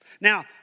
Now